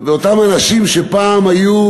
ואותם אנשים שפעם היו,